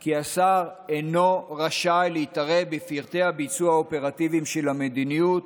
כי השר אינו רשאי להתערב בפרטי הביצוע האופרטיביים של המדיניות,